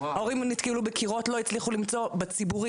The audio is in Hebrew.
ההורים נתקלו בקירות לא הצליחו למצוא בציבורי,